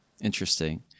Interesting